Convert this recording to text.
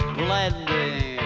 blending